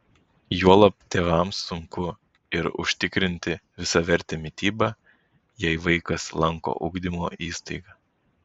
juolab tėvams sunku ir užtikrinti visavertę mitybą jei vaikas lanko ugdymo įstaigą